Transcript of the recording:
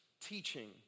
teaching